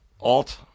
Alt